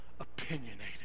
opinionated